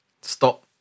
stop